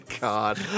God